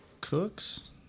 Cooks